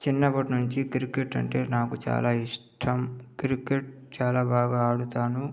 చిన్నప్పట్నుంచి క్రికెట్ అంటే నాకు చాలా ఇష్టం క్రికెట్ చాలా బాగా ఆడుతాను